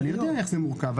אני יודע איך זה מורכב.